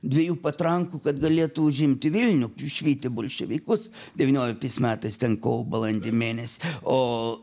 dviejų patrankų kad galėtų užimti vilnių išvyti bolševikus devynioliktais metais ten kovo balandžio mėnesį o